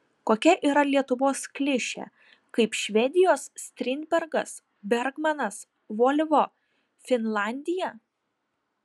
kokia yra lietuvos klišė kaip švedijos strindbergas bergmanas volvo finlandija